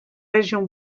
région